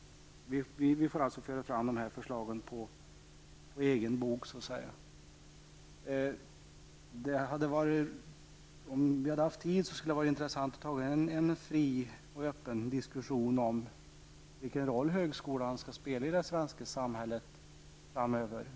Vi får alltså återkomma med dessa förslag. Om vi hade haft mer tid skulle det ha varit intressant att ta en fri och öppen diskussion om vilken roll högskolan skall spela i det svenska samhället framöver.